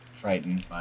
Triton